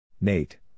Nate